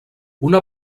una